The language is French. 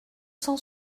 cent